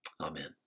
Amen